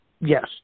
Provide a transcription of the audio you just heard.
yes